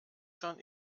schon